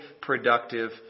productive